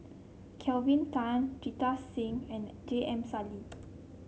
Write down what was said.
Kelvin Tan Jita Singh and J M Sali